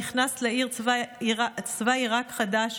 נכנס לעיר צבא עיראקי חדש,